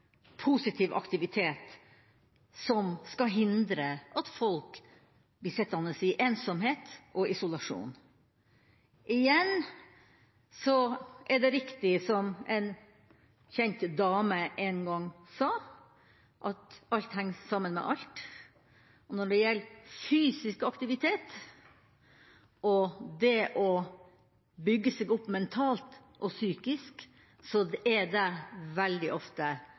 positiv aktivitet, som skal hindre at folk blir sittende i ensomhet og isolasjon. Igjen er det riktig, som en kjent dame en gang sa, at alt henger sammen med alt. Når det gjelder fysisk aktivitet og det å bygge seg opp mentalt og psykisk, er det veldig ofte